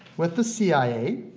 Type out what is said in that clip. with the cia,